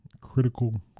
Critical